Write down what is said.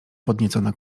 podniecona